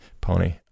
pony